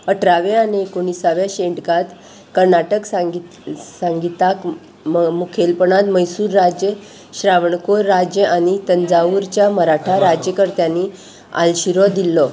अठराव्या आनी एकोणिसाव्या शेंटकांत कर्नाटक सांगीत सांगीताक मुखेलपणान मैसूर राज्य श्रावणकोर राज्य आनी तंजावूरच्या मराठा राज्यकर्त्यांनी आलशीरो दिल्लो